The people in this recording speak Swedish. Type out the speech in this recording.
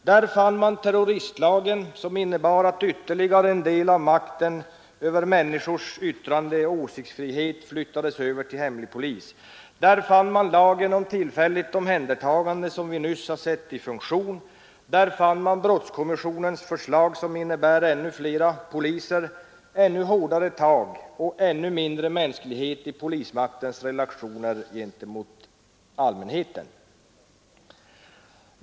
Där fann man terroristlagen, som innebar att ytterligare en del av makten över människors yttrandeoch åsiktsfrihet flyttades över till hemlig polis, där fann man lagen om tillfälligt omhändertagande, som vi nyss har sett i funktion, där fann man brottskommissionens förslag, som innebär ännu flera poliser, ännu hårdare tag och ännu mindre mänsklighet i polismaktens relationer med allmänheten.